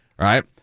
Right